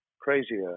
crazier